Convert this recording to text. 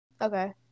Okay